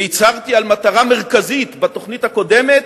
והצהרתי על מטרה מרכזית בתוכנית הקודמת,